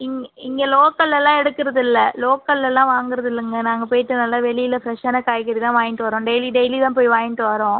இங் இங்க லோக்கல்லலாம் எடுக்குறதில்ல லோக்கல்லலாம் வாங்குறதில்லங்க நாங்கள் போய்ட்டு நல்லா வெளியில ஃப்ரெஷ்ஷான காய்கறி தான் வாய்ண்ட்டு வரோம் டெய்லி டெய்லி தான் போய் வாய்ண்ட்டு வரோம்